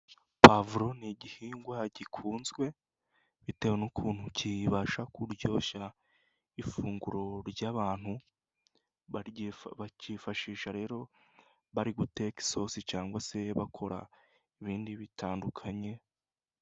Pavuro ni igihingwa gikunzwe bitewe n'ukuntu kibasha kuryoshya ifunguro ry'abantu. Bakifashisha rero bari guteka isosi cyangwa se bakora ibindi bitandukanye.